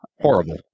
horrible